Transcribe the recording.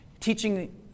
teaching